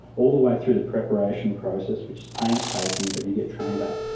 all the way through the preparation process, which is painstaking but you get trained up,